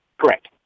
Correct